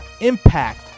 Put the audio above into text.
impact